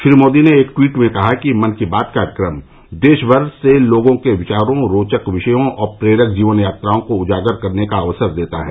श्री मोदी ने एक ट्वीट में कहा कि मन की बात कार्यक्रम देशभर से लोगों के विचारों रोचक विषयों और प्रेरक जीवन यात्राओं को उजागर करने का अवसर देता है